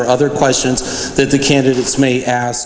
or other questions that the candidates may ask